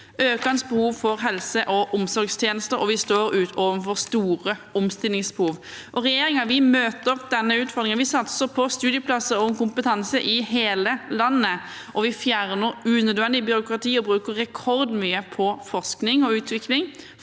økende behov for helse- og omsorgstjenester, og vi står overfor store omstillingsbehov. Regjeringen møter denne utfordringen. Vi satser på studieplasser og kompetanse i hele landet, vi fjerner unødig byråkrati, og vi bruker rekordmye på forskning og utvikling